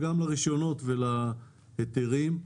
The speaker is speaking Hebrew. לרישיונות ולהיתרים.